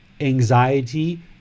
anxiety